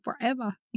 forever